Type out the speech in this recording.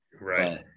right